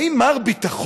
האם מר ביטחון,